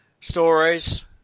stories